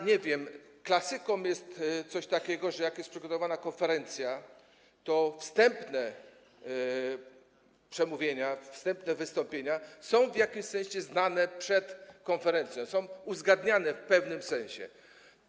Nie wiem, klasyką jest coś takiego, że jak jest przygotowywana konferencja, to wstępne przemówienia, wstępne wystąpienia są w jakimś sensie znane przed konferencją, są w pewnym sensie uzgadniane.